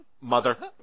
mother